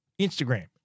Instagram